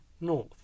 north